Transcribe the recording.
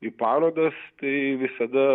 į parodas tai visada